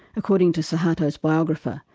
according to suharto's biographer,